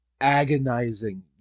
agonizing